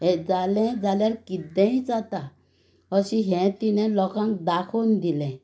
हें जालें जाल्यार कितेंय जाता अशी हें तिणें लोकांक दाखोवन दिलें